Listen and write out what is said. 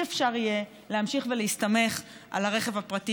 לא יהיה אפשר להמשיך ולהסתמך על הרכב הפרטי